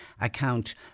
account